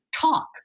talk